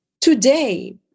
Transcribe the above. Today